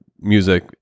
music